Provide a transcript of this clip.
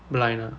blind ah